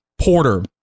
Porter